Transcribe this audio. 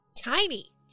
Tiny